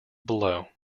below